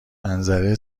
منظره